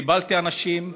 קיבלתי אנשים,